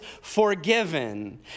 forgiven